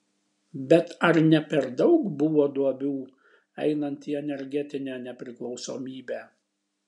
bet ar ne per daug buvo duobių einant į energetinę nepriklausomybę